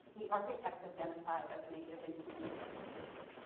the architects of genocide of native and indigenous